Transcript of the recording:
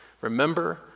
Remember